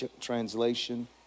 Translation